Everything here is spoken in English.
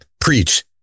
preach